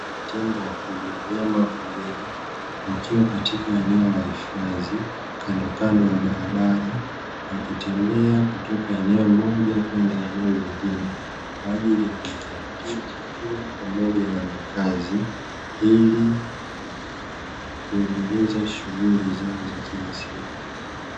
Tembo wakubwa wanyama wa porini, wakiwa Katika eneo la hifadhi kandokando ya barabara, wakitembea kutoka eneo moja kwenda eneo jingine kwa ajili ya kujitafutia chakula pamoja na makazi ili kuendeleza shughuli zao za kila siku.